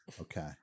Okay